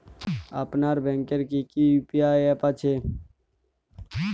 আপনার ব্যাংকের কি কি ইউ.পি.আই অ্যাপ আছে?